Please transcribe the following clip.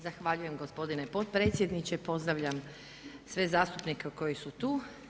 Zahvaljujem gospodine potpredsjedniče, pozdravljam sve zastupnike koji su tu.